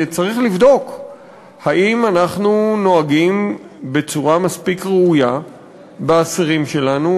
צריך לבדוק אם אנחנו נוהגים בצורה מספיק ראויה באסירים שלנו,